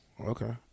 okay